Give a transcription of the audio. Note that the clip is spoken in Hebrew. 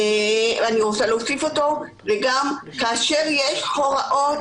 ואני רוצה להוסיף אותו זה גם כאשר יש הוראות